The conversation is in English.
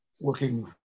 working